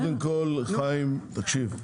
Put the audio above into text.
חיים, תקשיב.